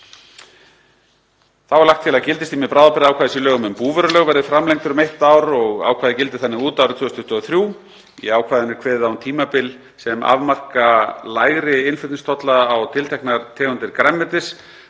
Þá er lagt til að gildistími bráðabirgðaákvæðis í lögum um búvörulög verði framlengdur um eitt ár og ákvæðið gildi þannig út árið 2023. Í ákvæðinu er kveðið á um tímabil sem afmarka lægri innflutningstolla á tilteknar tegundir grænmetis.